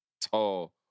tall